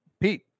Pete